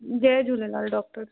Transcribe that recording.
Jay Jhulelal doctor